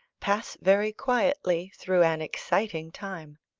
pass very quietly through an exciting time.